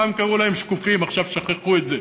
פעם קראו להם שקופים, עכשיו שכחו את זה,